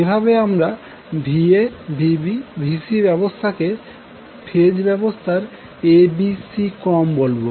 এভাবে আমরা Va Vb Vcব্যবস্থাকে ফেজ ব্যবস্থার abc ক্রম বলবো